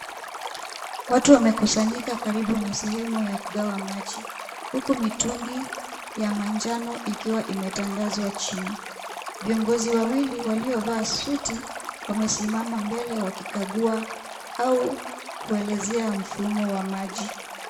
Watu wamekusanyika karibu na sehemu ya kugawa maji, huku mitungi ya manjano ikiwa imetandazwa chini, vyongozi wawili waliovaa suti wmesimama mbele wakikagua au kuelezea mfumo wa maji.